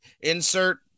Insert